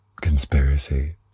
Conspiracy